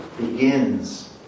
begins